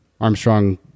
Armstrong